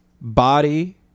body